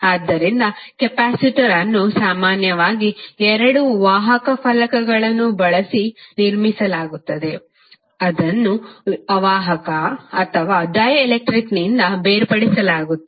ಆದ್ದರಿಂದ ಕೆಪಾಸಿಟರ್ ಅನ್ನು ಸಾಮಾನ್ಯವಾಗಿ ಎರಡು ವಾಹಕ ಫಲಕಗಳನ್ನು ಬಳಸಿ ನಿರ್ಮಿಸಲಾಗುತ್ತದೆ ಇದನ್ನು ಅವಾಹಕ ಅಥವಾ ಡೈಎಲೆಕ್ಟ್ರಿಕ್ನಿಂದ ಬೇರ್ಪಡಿಸಲಾಗುತ್ತದೆ